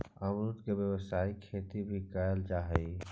अमरुद के व्यावसायिक खेती भी कयल जा हई